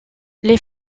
les